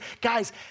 guys